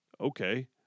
Okay